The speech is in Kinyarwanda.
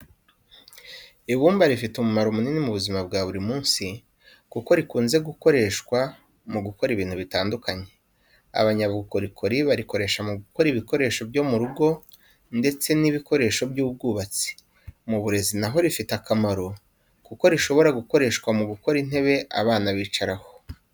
Ibumba rifite umumaro munini mu buzima bwa buri munsi, kuko rikunze gukoreshwa mu gukora ibintu bitandukanye. Abanyabukorikori barikoresha mu gukora ibikoresho byo mu rugo ndetse n'ibikoresho by'ubwubatsi. Mu burezi naho rifite akamaro, kuko rishobora gukoreshwa mu gukora intebe abana bicaraho.